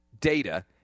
data